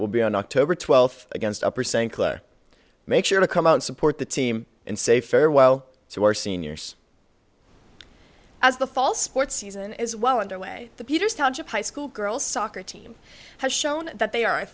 will be on october twelfth against upper saying make sure to come out and support the team and say farewell to our seniors as the fall sports season is well underway the peters township high school girls soccer team has shown that they are